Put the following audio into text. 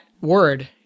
word